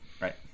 right